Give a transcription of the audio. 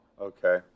Okay